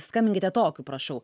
skambinkite tokiu prašau